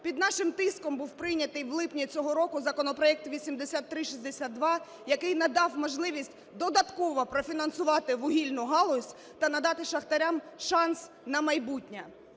Під нашим тиском був прийнятий у липні цього року законопроект 8362, який надав можливість додатково профінансувати вугільну галузь та надати шахтарям шанс на майбутнє.